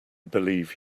believe